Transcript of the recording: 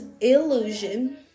illusion